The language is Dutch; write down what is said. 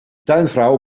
tuinvrouw